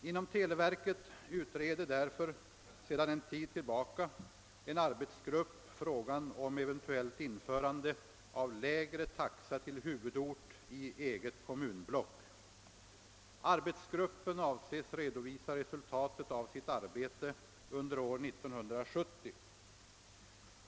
Inom televerket utreder därför sedan en tid tillbaka en arbetsgrupp frågan om eventuellt införande av lägre taxa till huvudort i eget kommunblock. Arbetsgruppen avses re dovisa resultatet av sitt arbete under år 1970.